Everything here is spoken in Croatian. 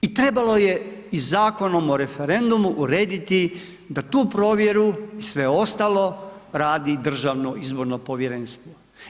I trebalo je i Zakonom o referendumu urediti da tu provjeru i sve ostalo radi Državno izborno povjerenstvo.